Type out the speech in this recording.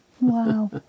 Wow